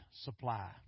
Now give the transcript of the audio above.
supply